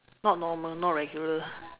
not normal not regular